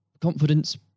confidence